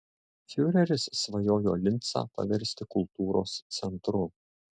fiureris svajojo lincą paversti kultūros centru